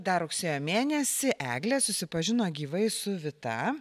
dar rugsėjo mėnesį eglė susipažino gyvai su vita